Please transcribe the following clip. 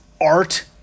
art